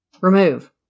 Remove